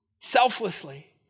selflessly